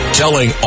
telling